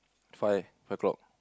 five five o'clock